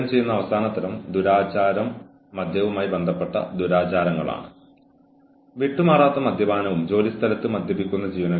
സ്വയം പ്രതിരോധിക്കാൻ സാധ്യമായ എല്ലാ അവസരങ്ങളും ജീവനക്കാരന് നൽകണം